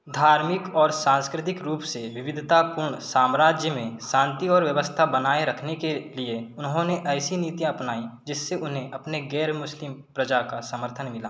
धार्मिक और सांस्कृतिक रूप से विविधतापूर्ण साम्राज्य में शांति और व्यवस्था बनाए रखने के लिए उन्होंने ऐसी नीतियाँ अपनाई जिससे उन्हें अपने गैर मुस्लिम प्रजा का समर्थन मिला